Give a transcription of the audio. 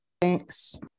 Thanks